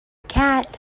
cat